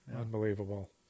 Unbelievable